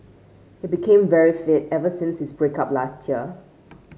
he became very fit ever since his break up last year